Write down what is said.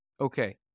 Okay